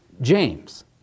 James